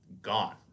gone